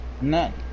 None